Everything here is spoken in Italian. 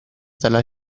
dalla